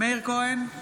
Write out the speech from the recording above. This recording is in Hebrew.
מאיר כהן,